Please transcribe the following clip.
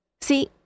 See